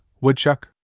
Woodchuck